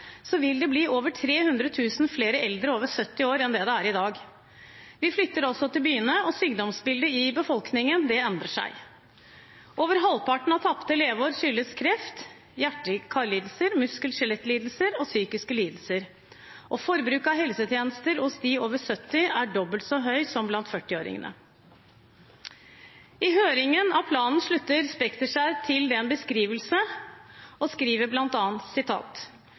vil det bli over 300 000 flere eldre over 70 år enn det det er i dag. Vi flytter altså til byene, og sykdomsbildet i befolkningen endrer seg. Over halvparten av tapte leveår skyldes kreft, hjerte- og karlidelser, muskel- og skjelettlidelser og psykiske lidelser. Forbruket av helsetjenester hos dem over 70 år er dobbelt så høyt som blant 40-åringene. I høringen av planen slutter Spekter seg til den beskrivelsen og skriver